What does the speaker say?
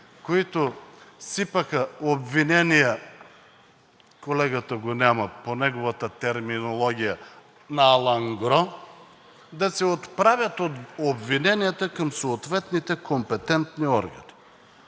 които сипаха обвинения, колегата го няма, по неговата терминология „на алангро“, да си отправят обвиненията към съответните компетентни органи.